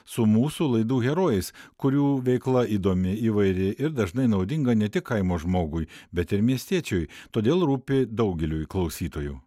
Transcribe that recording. su mūsų laidų herojais kurių veikla įdomi įvairi ir dažnai naudinga ne tik kaimo žmogui bet ir miestiečiui todėl rūpi daugeliui klausytojų